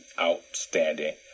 outstanding